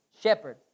shepherd